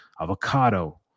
avocado